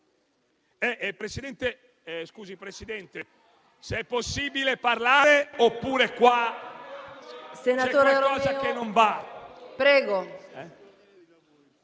Presidente, chiedo se è possibile parlare, oppure se c'è qualcosa che non va.